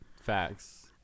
Facts